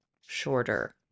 shorter